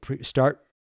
start